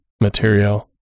material